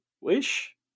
wish